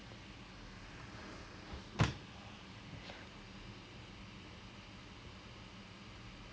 ah motion but more than that until the doctor got damn annoyed because because apparently I did not